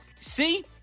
see